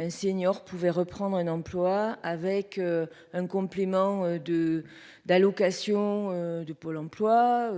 Un senior pouvait reprendre un emploi avec un complément de d'allocation du pôle emploi.